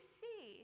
see